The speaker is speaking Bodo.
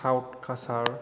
साउथ काचार